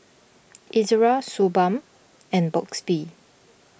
Ezerra Suu Balm and Burt's Bee